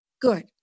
Good